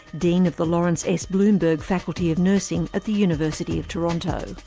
dean of the lawrence s. bloomberg faculty of nursing at the university of toronto.